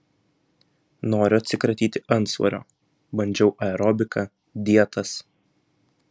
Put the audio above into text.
noriu atsikratyti antsvorio bandžiau aerobiką dietas